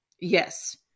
Yes